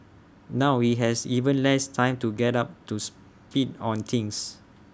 now he has even less time to get up to speed on things